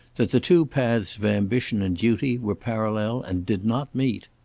that the two paths of ambition and duty were parallel and did not meet.